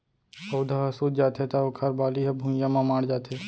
पउधा ह सूत जाथे त ओखर बाली ह भुइंया म माढ़ जाथे